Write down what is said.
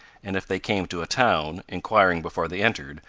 and, if they came to a town, inquiring, before they entered,